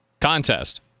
Contest